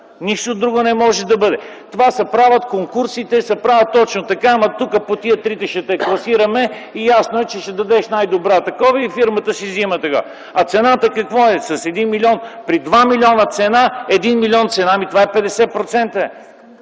Нищо друго не може да бъде! Конкурсите се правят точно така – ама тука по тия трите ще те класираме, ясно е, че ще дадеш най-добра такова и фирмата си взима такова. А цената какво е? С един милион – при два милиона цена един милион цена, това е 50%.